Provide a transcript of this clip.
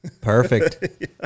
Perfect